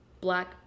black